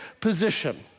position